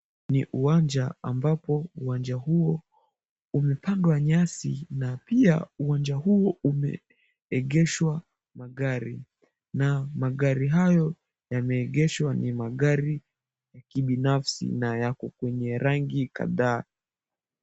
Ni uwanja ambapo uwanja huo umepandwa nyasi, na pia uwanja huo umeegeshwa magari. Na magari hayo yameegeshwa ni magari ya kibinafsi na yapo kwenye rangi kadhaa.